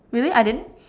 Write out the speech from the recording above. really I didn't